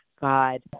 god